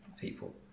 people